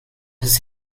his